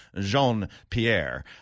Jean-Pierre